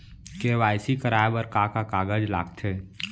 KYC कराये बर का का कागज लागथे?